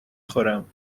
خورم